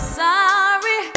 sorry